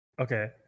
okay